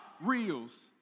reels